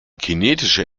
kinetische